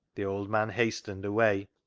the old man hastened away.